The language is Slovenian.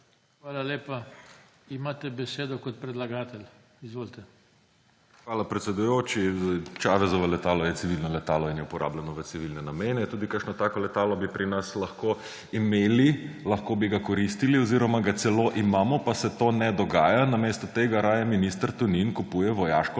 Hvala lepa. Imate besedo kot predlagatelj. **MIHA KORDIŠ (PS Levica):** Hvala, predsedujoči. Chavezovo letalo je civilno letalo in je uporabljeno v civilne namene. Tudi kakšno tako letalo bi pri nas lahko imeli, lahko bi ga koristili. Oziroma ga celo imamo, pa se to ne dogaja. Namesto tega raje minister Tonin kupuje vojaško